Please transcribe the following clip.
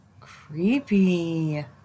Creepy